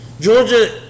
Georgia